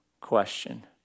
Question